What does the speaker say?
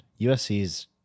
USC's